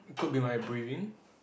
could be my breathing